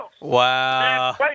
Wow